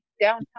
downtown